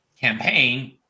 campaign